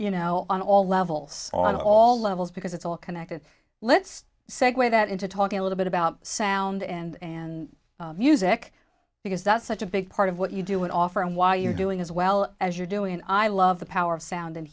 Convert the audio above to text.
you know on all levels on all levels because it's all connected let's segue that into talking a little bit about sound and and music because that's such a big part of what you do and offer and why you're doing as well as you're doing and i love the power of sound